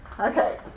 Okay